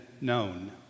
known